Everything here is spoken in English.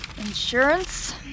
Insurance